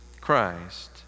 Christ